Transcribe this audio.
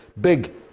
Big